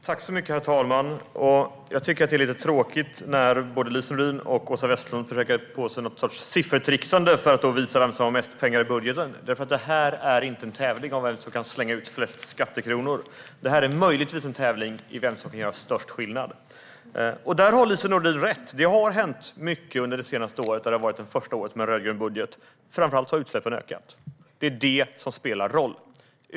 Herr talman! Jag tycker att det är lite tråkigt när både Lise Nordin och Åsa Westlund försöker sig på någon sorts siffertricksande för att visa vem som har mest pengar i budgeten, för det här är inte en tävling om vem som kan slänga ut flest skattekronor. Det här är möjligtvis en tävling om vem som kan göra störst skillnad. Där har Lise Nordin rätt. Det har hänt mycket under det senaste året, det första året med en rödgrön budget. Framför allt har utsläppen ökat. Det är det som spelar roll.